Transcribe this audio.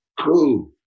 Cool